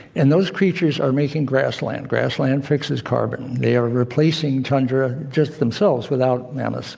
and those creatures are making grassland. grassland fixes carbon. they are replacing tundra, just themselves, without mammoths,